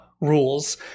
rules